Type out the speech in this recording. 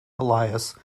elias